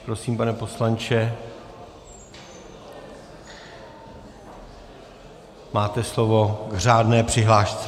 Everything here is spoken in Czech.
Prosím, pane poslanče, máte slovo k řádné přihlášce.